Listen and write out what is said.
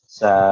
sa